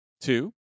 Two